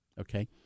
okay